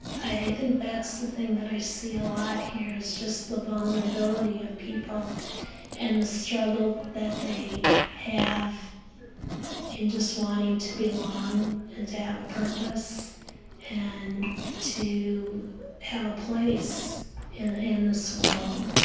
i think that's the thing that i see a lot here is just the vulnerability of people and the struggle that they have in just wanting to belong and to have a purpose and to have a place in in this world,